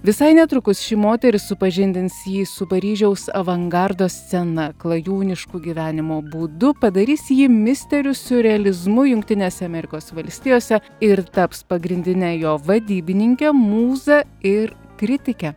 visai netrukus ši moteris supažindins jį su paryžiaus avangardo scena klajūniško gyvenimo būdu padarys jį misteriu siurrealizmu jungtinėse amerikos valstijose ir taps pagrindine jo vadybininke mūza ir kritike